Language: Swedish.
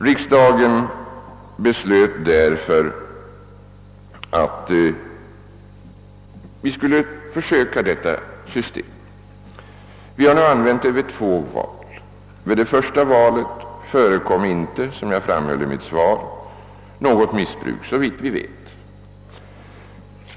Riksdagen beslöt av dessa skäl att vi skulle försöka det nuvarande systemet. Vi har nu använt det vid två val. Vid det första valet förekom — som jag framhöll i mitt svar — inte något missbruk, såvitt vi vet.